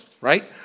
right